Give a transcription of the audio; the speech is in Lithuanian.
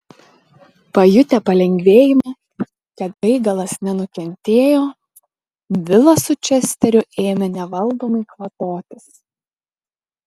pajutę palengvėjimą kad gaigalas nenukentėjo vilas su česteriu ėmė nevaldomai kvatotis